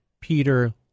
Peter